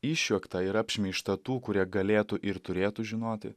išjuoktą ir apšmeižtą tų kurie galėtų ir turėtų žinoti